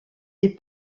est